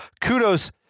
kudos